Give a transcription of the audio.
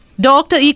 Doctor